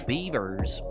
Beaver's